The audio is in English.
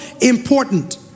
important